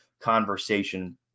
conversation